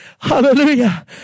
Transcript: Hallelujah